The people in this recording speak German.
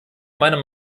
meiner